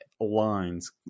lines